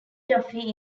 duffy